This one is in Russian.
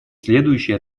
следующие